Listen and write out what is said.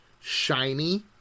shiny